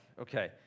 okay